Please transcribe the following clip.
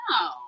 No